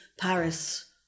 Paris